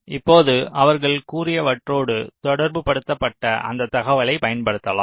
இப்போது அவர்கள் கூறியவற்றோடு தொடர்புபடுத்த பட்ட அந்தத் தகவலைப் பயன்படுத்தலாம்